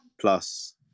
Plus